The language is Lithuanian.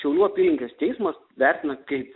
šiaulių apylinkės teismas vertina kaip